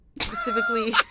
specifically